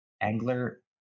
Angler